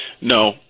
No